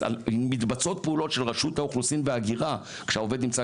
מתבצעות פעולות של רשות האוכלוסין וההגירה כשהעובד נמצא